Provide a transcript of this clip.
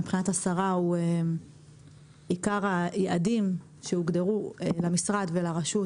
מבחינת השרה הוא עיקר היעדים שהוגדרו למשרד ולרשות,